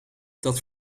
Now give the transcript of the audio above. dat